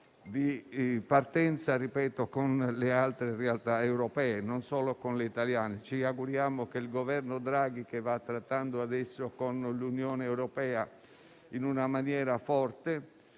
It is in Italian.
di partenza con le altre realtà europee, non solo con quelle italiane. Ci auguriamo che il governo Draghi che va trattando adesso con l'Unione europea in maniera forte